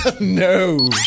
no